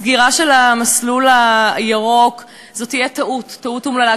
הסגירה של המסלול הירוק תהיה טעות, טעות אומללה.